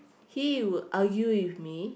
he will argue with me